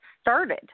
started